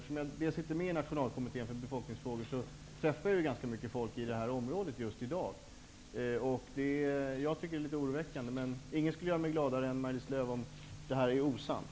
Eftersom jag sitter med i Nationalkommittén för befolkningsfrågor träffar jag ju ganska mycket folk i detta område just i dag. Jag tycker att det är litet oroväckande, men inget skulle göra mig gladare än om detta är osant.